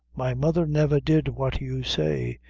my mother never did what you say.